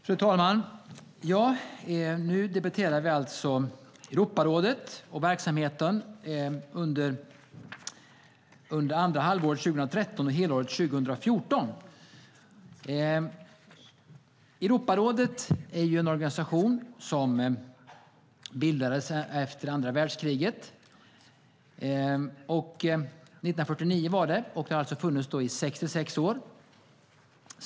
Fru talman! Nu debatterar vi alltså Europarådet och dess verksamhet under andra halvåret 2013 och helåret 2014. Europarådet är en organisation som bildades efter andra världskriget, 1949, och har alltså funnits i 66 år.